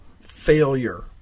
failure